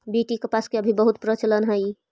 BT कपास के अभी बहुत प्रचलन हई